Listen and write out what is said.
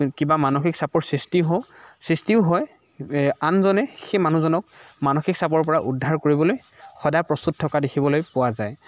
কিবা মানসিক চাপৰ সৃষ্টি হওঁ সৃষ্টিও হয় আনজনে সেই মানুহজনক মানসিক চাপৰ পৰা উদ্ধাৰ কৰিবলৈ সদায় প্ৰস্তুত থকা দেখিবলৈ পোৱা যায়